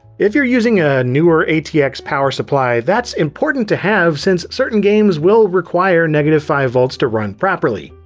if you're using a newer atx power supply, that's important to have, since certain games will require negative five volts to run properly.